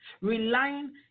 relying